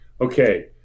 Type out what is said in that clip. Okay